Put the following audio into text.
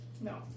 No